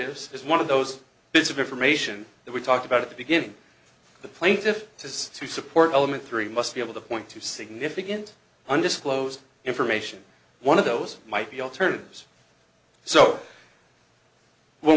alternatives is one of those bits of information that we talked about at the beginning of the plaintiff has to support element three must be able to point to significant undisclosed information one of those might be alternatives so when